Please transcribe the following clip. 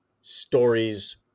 stories